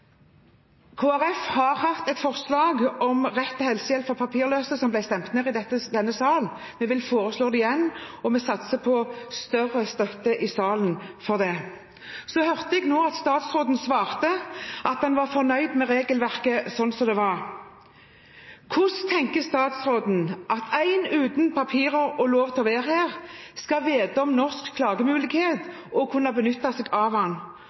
har hatt et forslag om rett til helsehjelp for papirløse, som ble stemt ned i denne salen. Vi vil foreslå det igjen, og vi satser på større støtte i salen for det. Så hørte jeg nå at statsråden svarte at han var fornøyd med regelverket slik som det var. Hvordan tenker statsråden at en person uten papirer og lov til å være her, skal kunne vite om norsk klagemulighet og kunne benytte seg av